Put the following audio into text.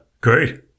Great